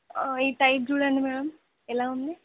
ఈ టైప్ చూడండి మేడమ్ ఎలా ఉంది